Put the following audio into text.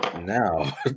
now